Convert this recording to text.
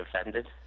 offended